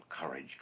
courage